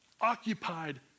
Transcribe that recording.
occupied